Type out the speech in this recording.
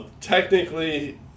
technically